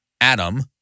Adam